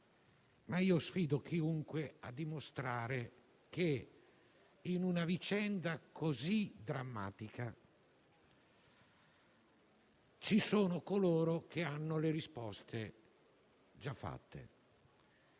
ma io sfido chiunque a dimostrare che in una vicenda così drammatica ci sono coloro che hanno le risposte già pronte.